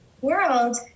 world